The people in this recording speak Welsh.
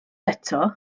eto